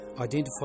Identify